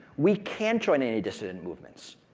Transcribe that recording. we can't join any dissident movements.